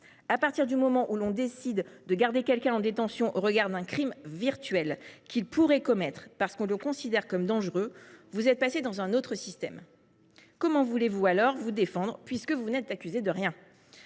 À partir du moment où l’on décide de garder quelqu’un en détention au regard d’un crime virtuel qu’il pourrait commettre, parce qu’on le considère comme dangereux, vous êtes passé dans un autre système. Comment voulez vous alors vous défendre, puisque vous n’êtes accusé de rien ?